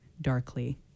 darkly